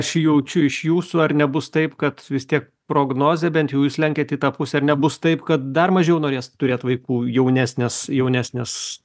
aš jaučiu iš jūsų ar nebus taip kad vis tiek prognozė bent jau jūs lenkiat į tą pusę ar nebus taip kad dar mažiau norės turėt vaikų jaunesnės jaunesnės